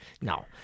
No